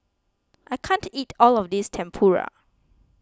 I can't eat all of this Tempura